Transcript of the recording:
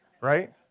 right